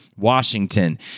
Washington